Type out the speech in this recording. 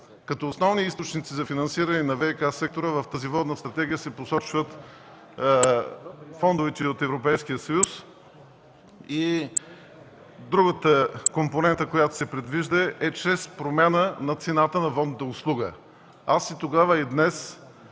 Като основни източници за финансиране на ВиК сектора във Водната стратегия се посочват фондовете от Европейския съюз. Другата компонента, която се предвижда, е чрез промяна на цената на водната услуга. И тогава, и днес